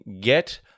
get